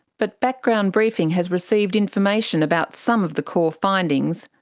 but background briefing has received information about some of the core findings,